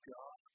God